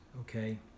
okay